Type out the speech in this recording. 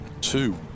Two